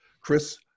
Chris